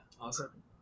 Awesome